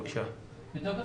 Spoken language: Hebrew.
בתוקף